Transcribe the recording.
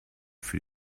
für